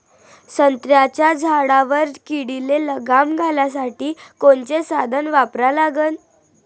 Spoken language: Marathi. संत्र्याच्या झाडावर किडीले लगाम घालासाठी कोनचे साधनं वापरा लागन?